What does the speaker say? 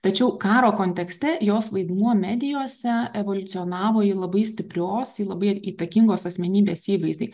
tačiau karo kontekste jos vaidmuo medijose evoliucionavo į labai stiprios į labai įtakingos asmenybės įvaizdį